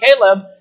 Caleb